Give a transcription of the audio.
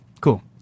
Cool